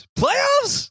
Playoffs